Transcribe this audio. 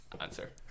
answer